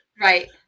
Right